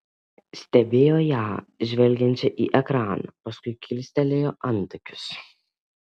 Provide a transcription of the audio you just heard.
stebėjo ją žvelgiančią į ekraną paskui kilstelėjo antakius